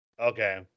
Okay